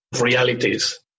realities